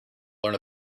learn